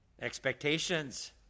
Expectations